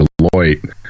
Deloitte